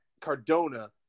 Cardona